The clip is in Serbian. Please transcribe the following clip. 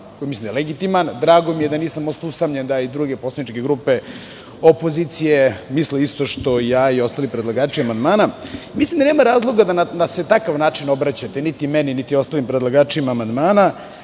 koji mislim da je legitiman, drago mi je da nisam ostao usamljen, da i druge poslaničke grupe opozicije misle isto što i ja i ostali predlagači amandmana, mislim da nema razloga da se na takav način obraćate, niti meni, niti ostalim predlagačima amandmana,